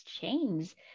chains